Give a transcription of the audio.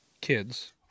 kids